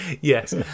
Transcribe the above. Yes